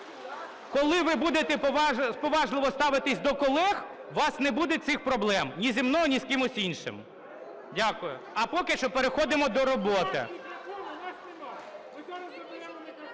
Коли ви будете поважливо ставитись до колег, у вас не буде цих проблем ні зі мною, ні з кимось іншим. Дякую. А поки що переходимо до роботи.